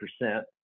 percent